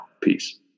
Peace